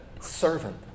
servant